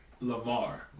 Lamar